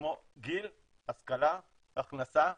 כמו גיל, השכלה, הכנסה,